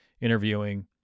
interviewing